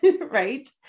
Right